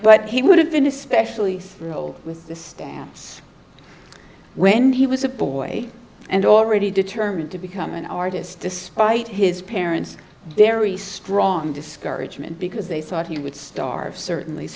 but he would have been especially roll with the stamps when he was a boy and already determined to become an artist despite his parents there ie strong discouragement because they thought he would starve certainly